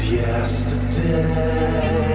yesterday